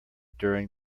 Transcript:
during